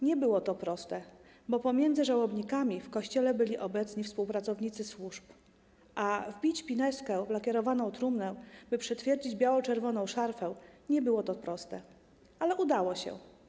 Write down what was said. Nie było to proste, bo pomiędzy żałobnikami w kościele byli obecni współpracownicy służb, a wbić pinezkę w lakierowaną trumnę, by przytwierdzić biało-czerwoną szarfę, nie było prosto, ale udało się.